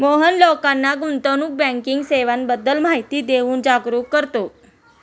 मोहन लोकांना गुंतवणूक बँकिंग सेवांबद्दल माहिती देऊन जागरुक करतो